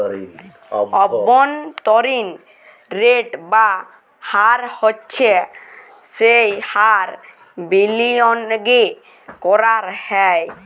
অব্ভন্তরীন রেট বা হার হচ্ছ যেই হার বিলিয়গে করাক হ্যয়